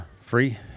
free